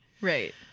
Right